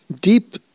deep